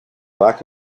lack